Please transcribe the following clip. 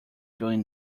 doing